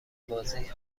بازی